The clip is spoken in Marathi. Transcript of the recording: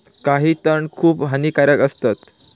काही तण खूप हानिकारक असतत